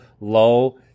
low